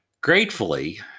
Gratefully